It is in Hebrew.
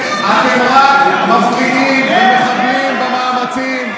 אתם רק מפריעים ומחבלים במאמצים.